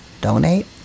donate